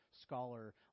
scholar